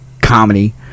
comedy